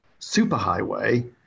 superhighway